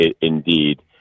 indeed